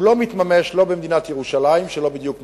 הוא לא מתממש במדינת ירושלים, שלא בדיוק מוגדרת,